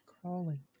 Crawling